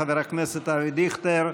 חבר הכנסת אבי דיכטר.